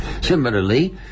Similarly